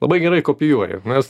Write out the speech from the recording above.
labai gerai kopijuoja mes